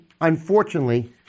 unfortunately